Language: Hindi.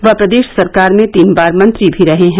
वह प्रदेश सरकार में तीन बार मंत्री भी रहे हैं